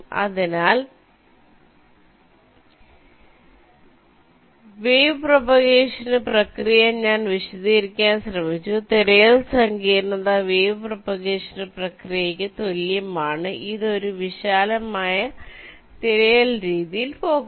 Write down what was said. അതിനാൽവേവ് പ്രൊപഗേഷന് പ്രക്രിയ ഞാൻ വിശദീകരിക്കാൻ ശ്രമിച്ചു തിരയൽ സങ്കീർണ്ണത വേവ് പ്രൊപഗേഷന് പ്രക്രിയയ്ക്ക് തുല്യമാണ് ഇത് ഒരു വിശാലമായ തിരയൽ രീതിയിൽ പോകുന്നു